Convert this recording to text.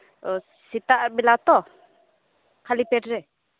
ᱚ ᱥᱮᱛᱟᱜ ᱵᱮᱞᱟ ᱛᱚ ᱠᱷᱟᱞᱤ ᱯᱮᱴᱨᱮ